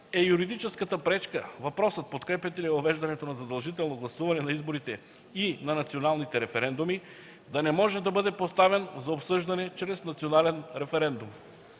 е юридическата пречка въпросът „Подкрепяте ли въвеждането на задължително гласуване на изборите и на националните референдуми?” да не може да бъде поставен за обсъждане чрез национален референдум.